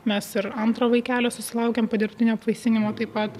mes ir antro vaikelio susilaukėm po dirbtinio apvaisinimo taip pat